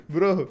Bro